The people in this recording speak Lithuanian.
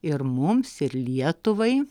ir mums ir lietuvai